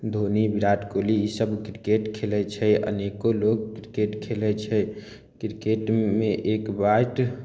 धोनी बिराट कोहली ई सब क्रिकेट खेलै छै अनेको लोग क्रिकेट खेले छै क्रिकेटमे एक बैट